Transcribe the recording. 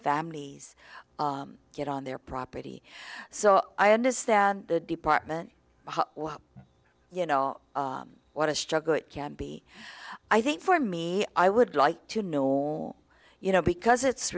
families get on their property so i understand the department you know what a struggle it can be i think for me i would like to know you know because it's